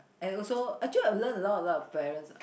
and also actually I learn a lot a lot of parents